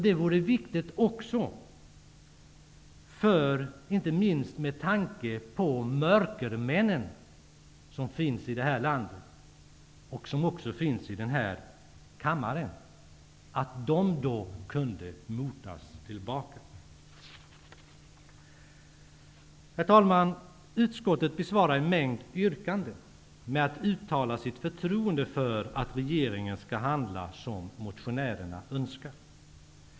Det vore viktigt, inte minst med tanke på att de mörkermän som finns i det här landet -- och också i denna kammare -- då kunde motas tillbaka. Herr talman! Utskottet bemöter en mängd yrkanden med att uttala sitt förtroende för att regeringen skall handla som motionärerna önskar.